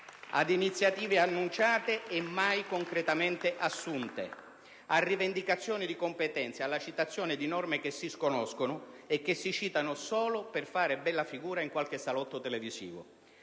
ad iniziative annunciate e mai concretamente assunte; a rivendicazioni di competenze e alla citazione di norme che si sconoscono e che si citano solo per fare bella figura in qualche salotto televisivo.